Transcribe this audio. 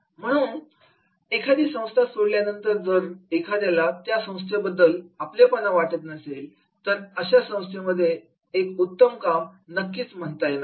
म्हणून एखादी संस्था सोडल्यानंतर जर एखाद्याला त्या संस्थेबद्दल आपलेपणा वाटत नसेल तर अशा संस्थेला एक उत्तम संस्था नक्कीच म्हणता येणार नाही